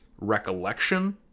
Recollection